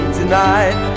tonight